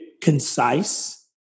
concise